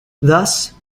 thus